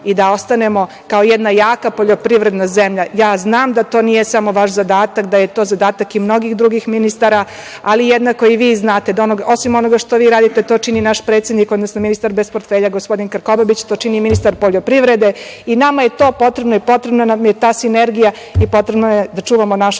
i da ostanemo kao jedna jako poljoprivredna zemlja. Znam da to nije samo vaš zadatak, da je to zadatak i mnogih drugih ministara, ali i jednako i vi znate da osim onoga što vi radite to čini i naš predsednik, odnosno ministar bez portfelja gospodin Krkobabić, to čini i ministar poljoprivrede i nama je to potrebno i potrebna nam je ta sinergija. Potrebno je da čuvamo našu